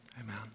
Amen